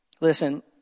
Listen